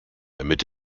damit